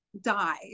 die